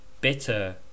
Bitter